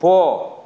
போ